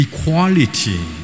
Equality